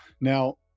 Now